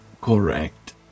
Correct